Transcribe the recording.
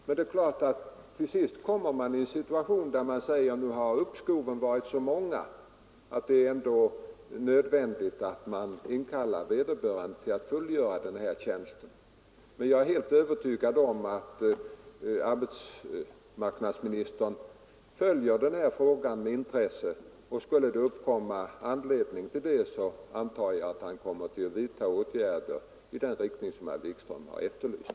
Men det är klart att till sist kan man komma i den situationen att uppskoven varit så många att det är nödvändigt att inkalla vederbörande för att fullgöra tjänsten. Jag är helt övertygad om att arbetsmarknadsministern följer den här frågan med intresse och skulle det bli anledning antar jag att han kommer att vidta åtgärder i den riktning som herr Wikström har efterlyst.